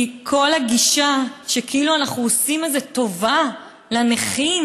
כי כל הגישה שכאילו אנחנו עושים איזו טובה לנכים,